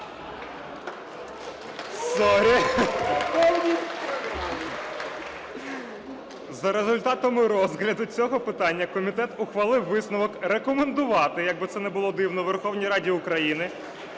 За результатами розгляду цього питання комітет ухвалив висновок рекомендувати, як би це не було дивно, Верховній Раді України